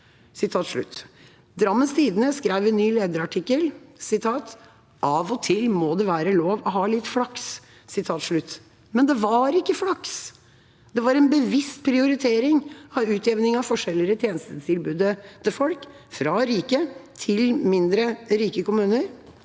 Drammens Tidende skrev en ny lederartikkel: «Av og til må det være lov å ha litt flaks.» Men det var ikke flaks, det var en bevisst prioritering av utjevning av forskjeller i tjenestetilbudet til folk, fra rike til mindre rike kommuner.